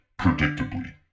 Predictably